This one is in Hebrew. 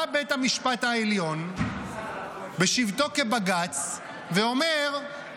בא בית המשפט העליון בשבתו כבג"ץ ואומר,